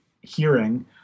hearing